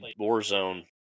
Warzone